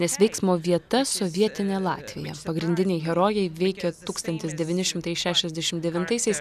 nes veiksmo vieta sovietinė latvija pagrindiniai herojai veikė tūkstantis devyni šimtai šešiasdešimt devintaisiais